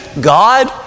God